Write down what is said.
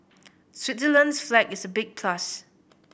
Switzerland's flag is a big plus